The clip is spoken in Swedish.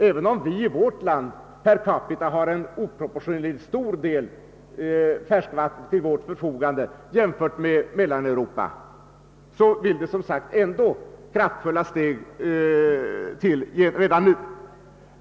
även om vi i vårt land per capita har en oproportionerligt stor del färskvatten till vårt förfogande jämfört med Mellaneuropa måste vi handla redan nu; vattnet kan en vacker dag behövas för andra.